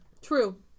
true